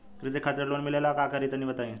कृषि खातिर लोन मिले ला का करि तनि बताई?